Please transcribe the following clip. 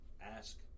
ask